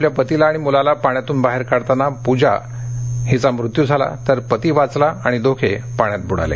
आपल्या पतीला आणि मुलाला पाण्यातून बाहेर काढताना पूजा हिचा मृत्यू झाला तर पती वाचला आणि दोघे पाण्यात बुडाले